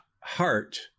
heart